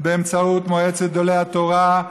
באמצעות מועצת גדולה התורה,